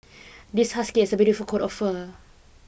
this husky has a beautiful coat of fur